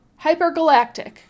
Hypergalactic